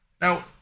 Now